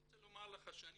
אני רוצה לומר לך שאני